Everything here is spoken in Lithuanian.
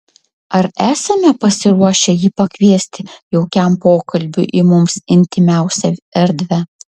ar esame pasiruošę jį pakviesti jaukiam pokalbiui į mums intymiausią erdvę